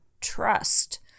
trust